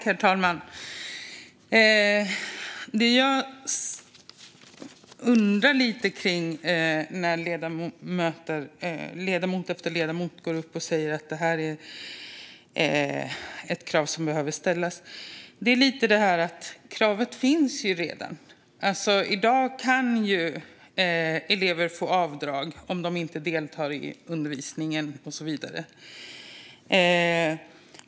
Herr talman! Ledamot efter ledamot går upp i talarstolen och säger att detta krav måste ställas. Men kravet finns redan. I dag kan elever få avdrag om de inte deltar i undervisningen, och så vidare.